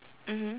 mmhmm